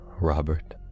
Robert